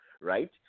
right